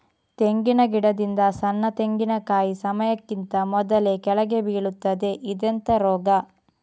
ತೆಂಗಿನ ಗಿಡದಿಂದ ಸಣ್ಣ ತೆಂಗಿನಕಾಯಿ ಸಮಯಕ್ಕಿಂತ ಮೊದಲೇ ಕೆಳಗೆ ಬೀಳುತ್ತದೆ ಇದೆಂತ ರೋಗ?